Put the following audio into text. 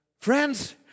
Friends